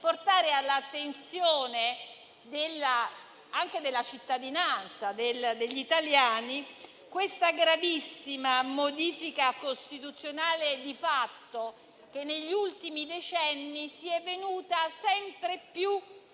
portare all'attenzione anche della cittadinanza e degli italiani la gravissima modifica costituzionale di fatto che negli ultimi decenni si è venuta sempre più